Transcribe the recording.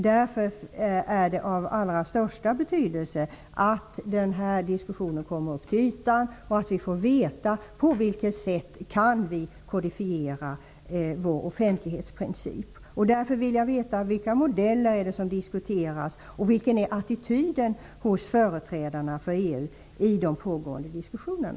Därför är det av allra största betydelse att denna diskussion kommer upp till ytan och att vi får veta på vilket sätt vi kan kodifiera vår offentlighetsprincip. Jag vill därför veta vilka modeller som diskuteras och vilken attityd företrädarna för EU har i de pågående diskussionerna.